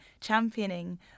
championing